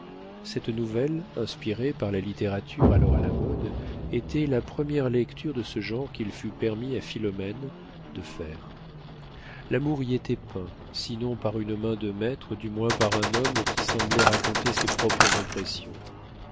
cette nouvelle inspirée par la littérature alors à la mode était la première lecture de ce genre qu'il fût permis à philomène de faire l'amour y était peint sinon par une main de maître du moins par un homme qui semblait raconter ses propres impressions